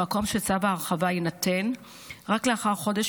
במקום שצו ההרחבה יינתן רק לאחר חודש